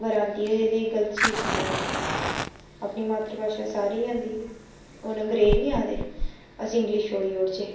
अगर आंदी ऐ ते एह्दे च गलत चीज़ केह् ऐ अपनी मात्तर भाशा सारें गी आंदी ऐ हून अंग्रेज नी आखदे अस इंग्लिश छोड़ी ओड़चै